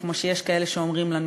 כמו שיש כאלה שאומרים לנו.